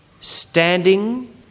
standing